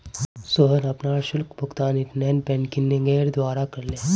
सोहन अपनार शुल्क भुगतान इंटरनेट बैंकिंगेर द्वारा करले